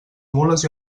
mules